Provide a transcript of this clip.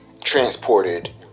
transported